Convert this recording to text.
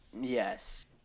Yes